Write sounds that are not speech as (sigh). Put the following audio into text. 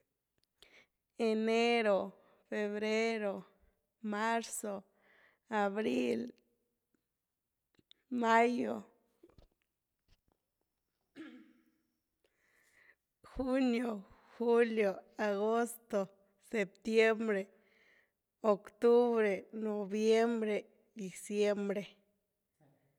Enero, febrero, marzo, abril, mayo, (noise) junio, julio, agosto, septiembre, octubre, noviembre, diciembre. (noise)